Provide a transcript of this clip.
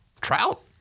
Trout